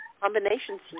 combinations